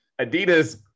Adidas